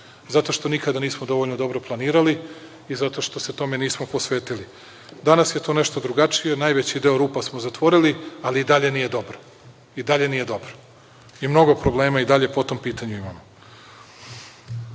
jer nikada nismo dovoljno dobro planirali i zato što se tome nismo posvetili. Danas je to nešto drugačije. Najveći deo rupa smo zatvorili, ali i dalje nije dobro i dalje nije dobro. Mnogo je problema po tom pitanju. Dalje,